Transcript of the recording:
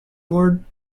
board